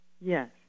Yes